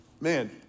man